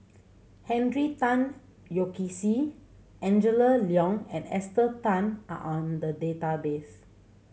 Henry Tan Yoke See Angela Liong and Esther Tan are in the database